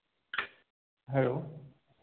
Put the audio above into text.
hello